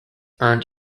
earned